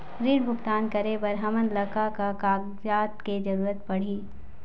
ऋण भुगतान करे बर हमन ला का का कागजात के जरूरत पड़ही?